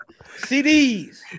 CDs